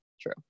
true